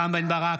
נגד רם בן ברק,